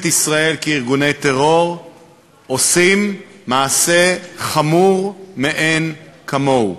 ישראל כארגוני טרור עושים מעשה חמור מאין-כמוהו.